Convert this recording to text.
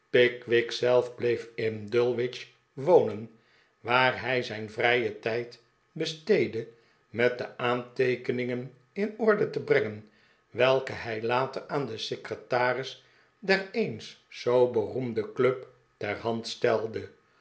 pickwick zelf bleef in dulwich wonen waar hij zijn vrijen tijd besteedde met de aanteekeningen in orde te brengen welke hij later aan den secretaris der eens zoo beroemde club ter hand stelde